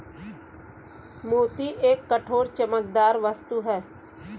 मोती एक कठोर, चमकदार वस्तु है